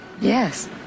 Yes